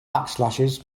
backslashes